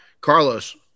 Carlos